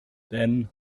then